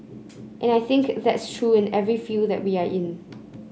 and I think that's true in every field that we are in